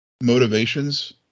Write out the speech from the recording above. motivations